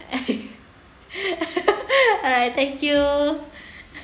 alright thank you